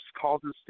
causes